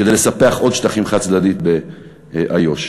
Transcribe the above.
כדי לספח חד-צדדית עוד שטחים באיו"ש.